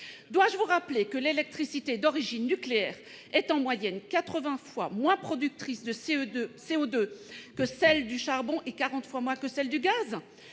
Dois-je vous rappeler que l'électricité d'origine nucléaire est en moyenne 80 fois moins productrice de CO2 que celle du charbon, et 40 fois moins que celle du gaz ?